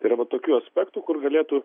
tai yra va tokių aspektų kur galėtų